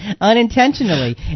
Unintentionally